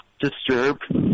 Disturbed